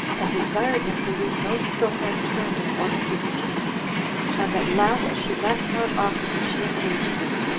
and desired him to leave no stone unturned in order to be king and at last she left not off till she engaged him,